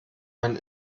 man